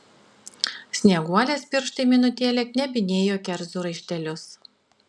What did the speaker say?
snieguolės pirštai minutėlę knebinėjo kerzų raištelius